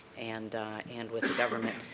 and and with government.